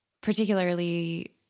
particularly